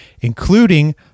including